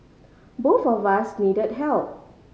both of us needed help